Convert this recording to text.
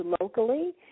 locally